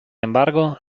embargo